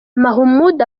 mahmoud